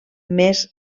més